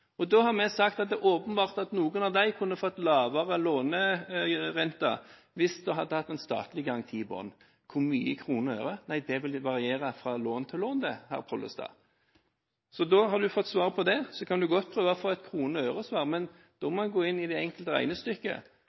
Da har vi sagt at noen av disse åpenbart kunne fått lavere lånerente hvis en hadde hatt en statlig garanti i bunnen. Hvor mye i kroner og øre? Nei, det vil variere fra lån til lån, herr Pollestad. Så da har du fått svar på det. Du kan godt prøve å få et kroner-og-øre-svar, men da må jeg gå inn i det enkelte regnestykket.